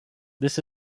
this